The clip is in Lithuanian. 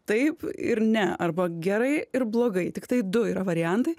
taip ir ne arba gerai ir blogai tiktai du yra variantai